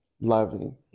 loving